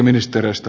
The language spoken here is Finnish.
selvä